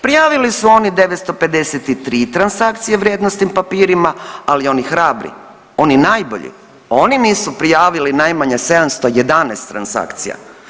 Prijavili su oni 953 transakcije vrijednosnim papirima, ali oni hrabri, oni najbolji, oni nisu prijavili najmanje 711 transakcija.